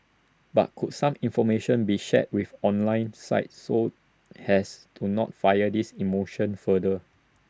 but could some information be shared with online sites so as to not fire these emotions further